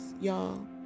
y'all